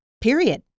period